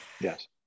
yes